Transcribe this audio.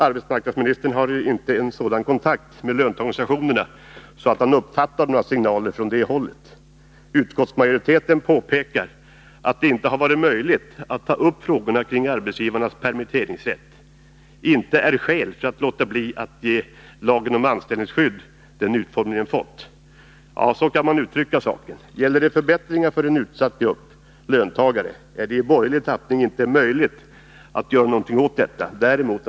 Arbetsmarknadsministern har inte en sådan kontakt med löntagarorganisationerna att han uppfattar några ”signaler” från det hållet. Utskottsmajoriteten påpekar att det faktum att det inte har varit möjligt att ta upp frågorna kring arbetsgivarnas permitteringsrätt inte är skäl för att låta bli att ge lagen om anställningsskydd den utformning den fått. Ja, så kan man uttrycka saken. Gäller det förbättringar för en utsatt grupp löntagare är det enligt borgerlig uppfattning inte möjligt att göra något.